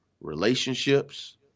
relationships